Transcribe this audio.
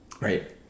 right